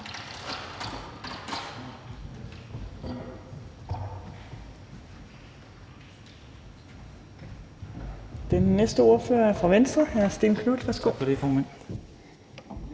Den næste ordfører er fra Venstre. Hr. Stén Knuth, værsgo.